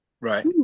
Right